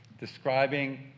describing